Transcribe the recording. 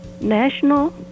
National